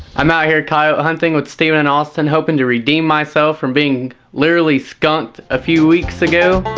i'm out here coyote hunting with steven and aulston hoping to redeem myself from being literally skunked a few weeks ago